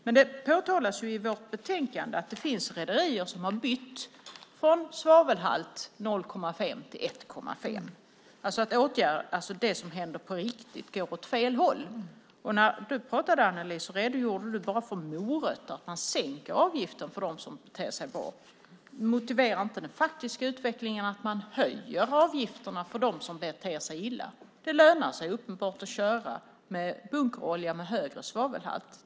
Men det påtalas i vårt betänkande att det finns rederier som har bytt svavelhalt från 0,5 till 1,5. Det som händer på riktigt går åt fel håll. När du pratade, Annelie, redogjorde du bara för morötterna; man sänker avgiften för dem som beter sig bra. Motiverar inte den faktiska utvecklingen att man höjer avgifterna för dem som beter sig illa? Det lönar sig uppenbarligen att köra med bunkolja med högre svavelhalt.